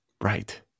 right